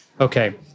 okay